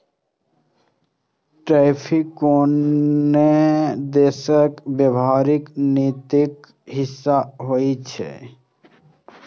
tariff कोनो देशक व्यापारिक नीतिक हिस्सा होइ छै